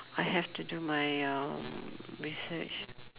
I have to do my um research